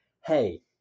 hey